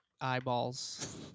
eyeballs